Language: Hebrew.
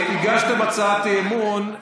הגשתם הצעת אי-אמון,